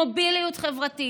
מוביליות חברתית,